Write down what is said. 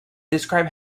describe